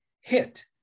hit